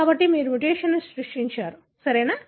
కాబట్టి మీరు మ్యుటేషన్ను సృష్టించారు సరేనా